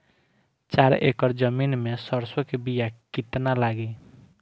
चार एकड़ जमीन में सरसों के बीया कितना लागी?